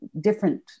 different